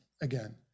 again